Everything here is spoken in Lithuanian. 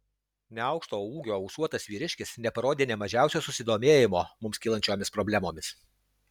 neaukšto ūgio ūsuotas vyriškis neparodė nė mažiausio susidomėjimo mums kylančiomis problemomis